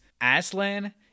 Aslan